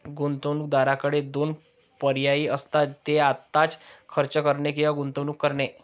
गुंतवणूकदाराकडे दोन पर्याय असतात, ते आत्ताच खर्च करणे किंवा गुंतवणूक करणे